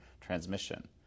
transmission